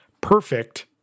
Perfect